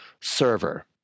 server